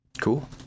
Cool